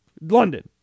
London